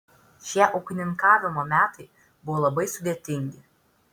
šie ūkininkavimo metai buvo labai sudėtingi